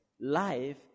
Life